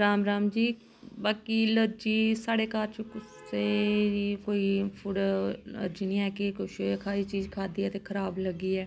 राम राम जी बाकी ऐलार्जी साढ़े घर च कुसे गी कोई फूड ऐलार्जी नी है कि कुश खरी चीज़ खाद्धी ऐ ते खराब लग्गी ऐ